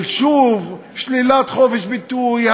של שוב שלילת חופש ביטוי,